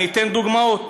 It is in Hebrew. אני אתן דוגמאות.